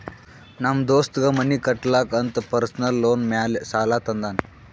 ನಮ್ ದೋಸ್ತಗ್ ಮನಿ ಕಟ್ಟಲಾಕ್ ಅಂತ್ ಪರ್ಸನಲ್ ಲೋನ್ ಮ್ಯಾಲೆ ಸಾಲಾ ತಂದಾನ್